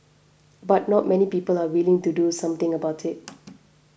but not many people are willing to do something about it